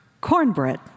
cornbread